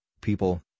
people